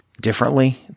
differently